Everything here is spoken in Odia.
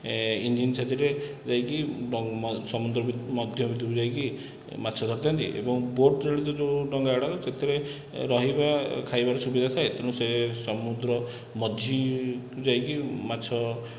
ଇଞ୍ଜିନ ସାଥିରେ ଯାଇକି ସମୁଦ୍ରକୁ ମଧ୍ୟ ଭିତରକୁ ଯାଇକି ମାଛ ଧରିଥାନ୍ତି ଏବଂ ବୋଟ ଚାଳିତ ଯେଉଁ ଡଙ୍ଗାଗୁଡ଼ାକ ସେଥିରେ ରହିବା ଖାଇବାର ସୁବିଧା ଥାଏ ତେଣୁ ସେ ସମୁଦ୍ର ମଝି ଯାଇକି ମାଛ